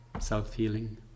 self-healing